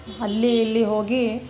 ಅಲ್ಲಿ ಇಲ್ಲಿ ಹೋಗಿ